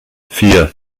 vier